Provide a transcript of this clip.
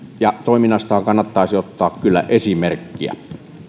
toiminnastaan kannattaisi ottaa kyllä esimerkkiä